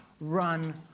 run